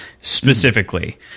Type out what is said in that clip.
specifically